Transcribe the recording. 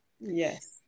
Yes